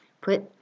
put